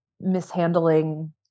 mishandling